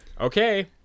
okay